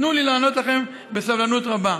תנו לי לענות לכם בסבלנות רבה.